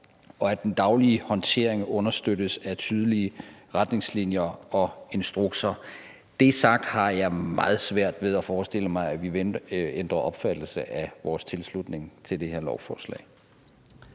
og at den daglige håndtering understøttes af tydelige retningslinjer og instrukser. Når det er sagt, har jeg meget svært ved at forestille mig, at vi ændrer opfattelse af vores tilslutning til det her lovforslag.